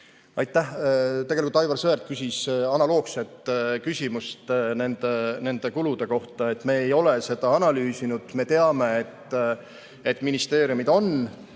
Aitäh! Tegelikult Aivar Sõerd küsis analoogse küsimuse nende kulude kohta. Me ei ole seda analüüsinud. Me teame, et ministeeriumid on